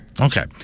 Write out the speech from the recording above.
Okay